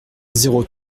zéro